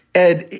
ed.